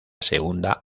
segunda